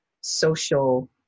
social